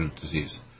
disease